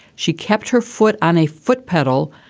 she kept her foot on a foot pedal,